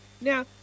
Now